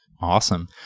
Awesome